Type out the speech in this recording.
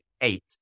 eight